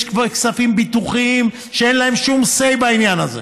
יש כספים ביטוחיים שאין להם שום say בעניין הזה,